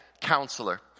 counselor